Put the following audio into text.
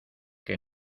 que